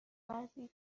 بعضی